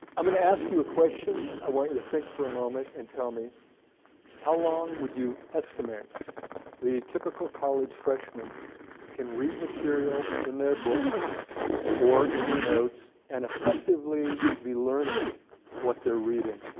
i'm gonna ask you a question. i want you to think for a moment and tell me how long would you estimate the typical college freshman can read material in their book or in their notes and effectively be learning what they're reading.